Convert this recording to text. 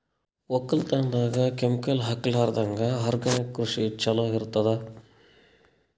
ಒಕ್ಕಲತನದಾಗ ಕೆಮಿಕಲ್ ಹಾಕಲಾರದಂಗ ಆರ್ಗ್ಯಾನಿಕ್ ಕೃಷಿನ ಚಲೋ ಇರತದ